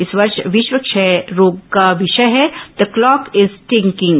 इस वर्ष विश्व क्षय रोग का विषय है द क्लॉक इज टिकिंग